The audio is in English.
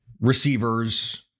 receivers